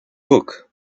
hook